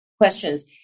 questions